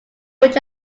which